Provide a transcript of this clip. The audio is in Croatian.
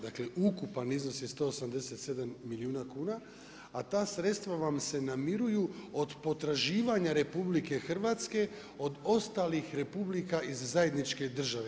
Dakle, ukupan iznos je 187 milijuna kuna, a ta sredstva vam se namiruju od potraživanja RH, od ostalih republika iz zajedničke države.